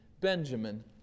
Benjamin